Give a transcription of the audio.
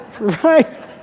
Right